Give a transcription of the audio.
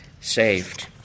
saved